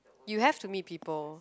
you have to meet people